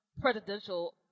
presidential